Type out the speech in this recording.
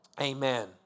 Amen